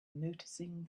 noticing